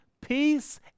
peace